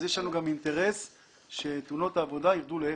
יש לנו אינטרס שהיקף תאונות העבודה ירד לאפס.